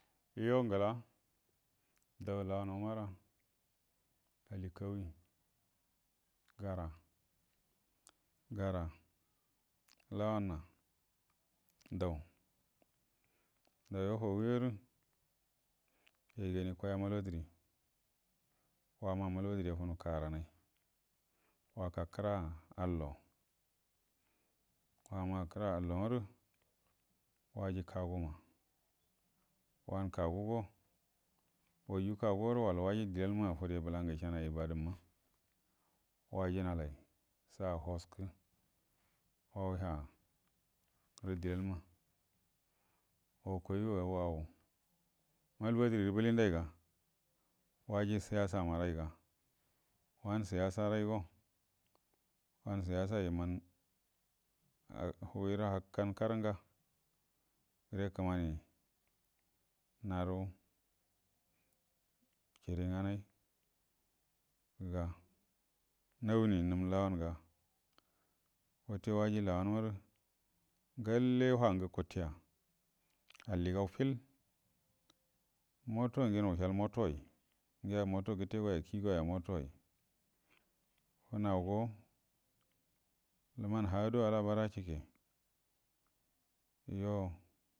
Yo ngəla dau lawanə umara ali kaumi gara gara lawanna dau dauwa whawi yarə yayi gani koi a'a inal fatari wa na'a mal fatəri a funə kagəranai wa ka kəra allow wama kəra allo ward waji kaguma wanə kagugo waju kagu ward wal waji dilalma fade bulangə isha nəga ibadamma wajinalai saga waskə wawi ha rə dilalma wakoi raiga wau malfatəry rə blindaiga waji siyasama raiga wanə siyasa raigo wanə siyasa imanə a-a huguirə akkanə karənga re kəmani naru shiri nganai ga mawuni num lawanə ga wute waji lawanə marə ngalle huwun gə guttəya alligau fill moto ngen wushal imotoyi ngiya moto gətegoya kii goya motoyi funaugo lumanə ha do alabara chike yo.